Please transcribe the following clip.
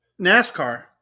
NASCAR